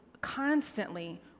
constantly